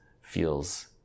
feels